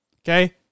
okay